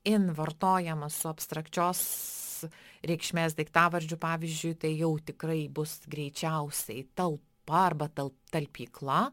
in vartojamas su abstrakčios reikšmės daiktavardžiu pavyzdžiui tai jau tikrai bus greičiausiai talpa arba tal talpykla